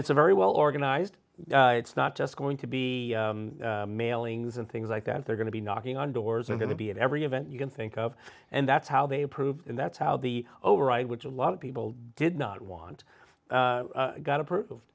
it's a very well organized it's not just going to be mailings and things like that they're going to be knocking on doors are going to be at every event you can think of and that's how they improve and that's how the override which a lot of people did not want got approved